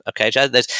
Okay